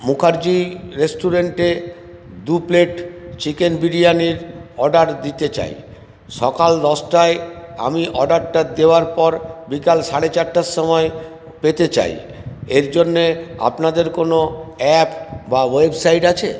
মুখার্জি রেস্টুরেন্টে দু plate chicken বিরিয়ানির অর্ডার দিতে চাই সকাল দশটায় আমি অর্ডারটা দেওয়ার পর বিকাল সাড়ে চারটার সময় পেতে চাই এর জন্যে আপনাদের কোনো অ্যাপ বা ওয়েবসাইট আছে